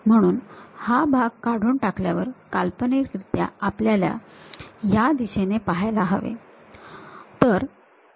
म्हणून हा भाग काढून टाकल्यावर काल्पनिकरीत्या आपल्याला हे दिशेने पाहायला हवे